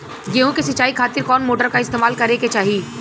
गेहूं के सिंचाई खातिर कौन मोटर का इस्तेमाल करे के चाहीं?